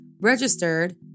registered